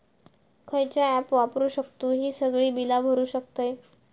खयचा ऍप वापरू शकतू ही सगळी बीला भरु शकतय?